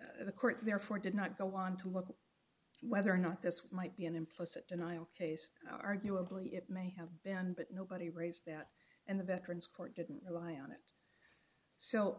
court the court therefore did not go on to look whether or not this one might be an implicit denial case arguably it may have been but nobody raised that and the veterans court didn't rely on it so